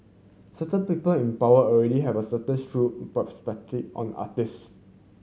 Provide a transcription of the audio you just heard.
certain people in power already have a certain strew prospectively on artist